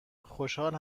خوشحال